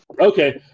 Okay